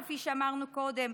כפי שאמרנו קודם,